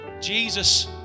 Jesus